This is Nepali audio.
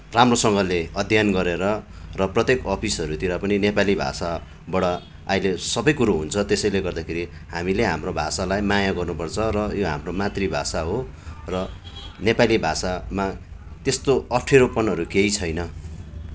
राम्रोसँगले अध्ययन गरेर र प्रत्येक अफिसहरूतिर पनि नेपाली भाषाबाट अहिले सबै कुरा हुन्छ त्यसैले गर्दाखेरि हामीले हाम्रो भाषालाई माया गर्नु पर्छ र यो हाम्रो मातृभाषा हो र नेपाली भाषामा त्यस्तो अप्ठ्यारोपनहरू केही छैन